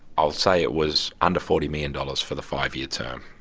i'll say it was under forty million dollars for the five-year term.